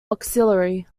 auxiliary